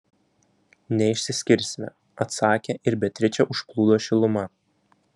neišsiskirsime atsakė ir beatričę užplūdo šiluma